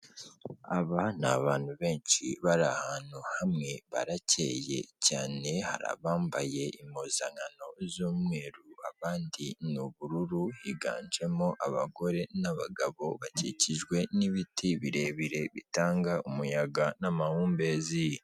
Aba ni abantu benshi bari ahantu hamwe, barakeye cyane, hari abambaye impuzankano z'umweru abandi ni ubururu, higanjemo abagore n'abagabo, bakikijwe n'ibiti birebire bitanga umuyaga n'amahumbezi.